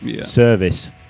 service